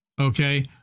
Okay